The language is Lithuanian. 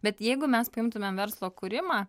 bet jeigu mes paimtumėm verslo kūrimą